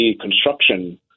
construction